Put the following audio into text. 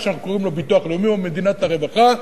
מה שאנחנו קוראים לו ביטוח לאומי ומדינת רווחה,